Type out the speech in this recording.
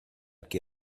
qui